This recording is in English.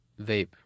vape